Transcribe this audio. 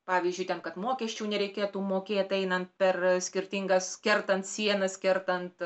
pavyzdžiui ten kad mokesčių nereikėtų mokėt einant per skirtingas kertant sienas kertant